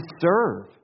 serve